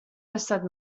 tastat